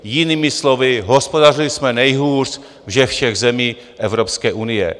Jinými slovy hospodařili jsme nejhůř ze všech zemí Evropské unie.